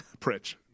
Pritch